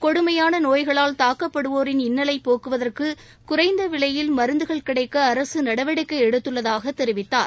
கொடுமையான நோய்களால் தாக்கப்படுவோரின் இன்னலை போக்குவதற்கு குறைந்த விலையில் மருந்துகள் கிடைக்க அரசு நடவடிக்கை எடுத்துள்ளதாக தெரிவித்தார்